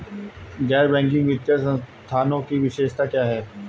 गैर बैंकिंग वित्तीय संस्थानों की विशेषताएं क्या हैं?